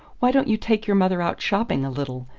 why don't you take your mother out shopping a little?